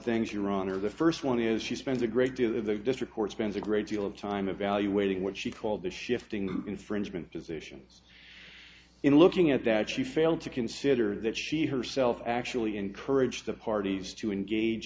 things your honor the first one is she spends a great deal of the district court spends a great deal of time evaluating what she called the shifting infringement positions in looking at that she failed to consider that she herself actually encouraged the parties to engage